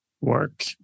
work